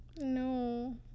No